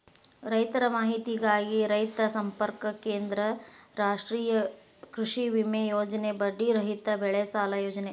ರೈತರ ಮಾಹಿತಿಗಾಗಿ ರೈತ ಸಂಪರ್ಕ ಕೇಂದ್ರ, ರಾಷ್ಟ್ರೇಯ ಕೃಷಿವಿಮೆ ಯೋಜನೆ, ಬಡ್ಡಿ ರಹಿತ ಬೆಳೆಸಾಲ ಯೋಜನೆ